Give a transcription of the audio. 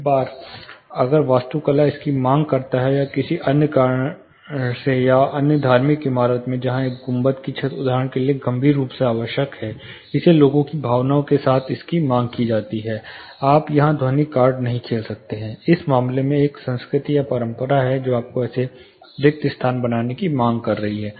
एक बार अगर वास्तुकला इसकी मांग करता है या किसी कारण से या अन्य धार्मिक इमारतों में जहां एक गुंबद की छत उदाहरण के लिए गंभीर रूप से आवश्यक है जैसे लोगों की भावनाएं इसकी मांग करती हैं आप वहां ध्वनिक कार्ड नहीं खेल सकते हैं इस मामले में एक संस्कृति है परंपरा जो आपको ऐसे रिक्त स्थान बनाने की मांग कर रही है